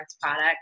product